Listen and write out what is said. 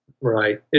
Right